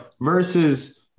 versus